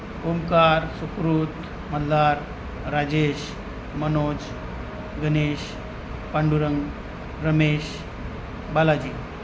Omkar Sukrut Malhar Rajesh Manoj Ganesh Pandurang Ramesh Balaji